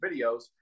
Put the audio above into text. videos